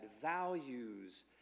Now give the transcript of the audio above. values